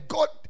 God